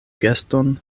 geston